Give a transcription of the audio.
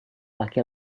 laki